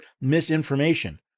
misinformation